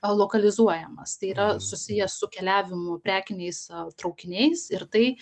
lokalizuojamas tai yra susijęs su keliavimu prekiniais traukiniais ir tai